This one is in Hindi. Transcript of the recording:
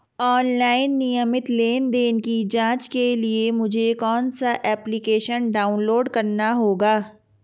ऑनलाइन नियमित लेनदेन की जांच के लिए मुझे कौनसा एप्लिकेशन डाउनलोड करना होगा?